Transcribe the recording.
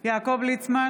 יעקב ליצמן,